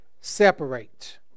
separate